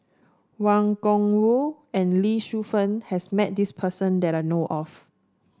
Wang Gungwu and Lee Shu Fen has met this person that I know of